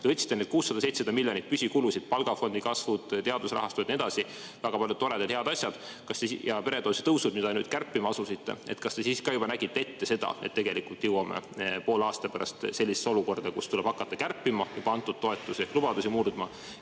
te võtsite 600–700 miljonit püsikulusid: palgafondi kasvud, teadusrahastu ja nii edasi, väga palju toredaid häid asju, ja peretoetuste tõusud, mida nüüd kärpima asusite, [kas te nägite juba siis] ette seda, et tegelikult jõuame poole aasta pärast sellisesse olukorda, kus tuleb hakata kärpima juba antud toetusi ehk lubadusi murdma